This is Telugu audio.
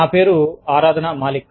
నా పేరు ఆరాధన మాలిక్